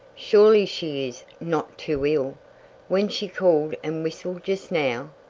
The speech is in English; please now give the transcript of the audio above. surely she is not too ill when she called and whistled just now.